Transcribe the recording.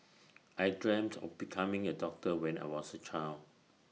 I dreamt of becoming A doctor when I was A child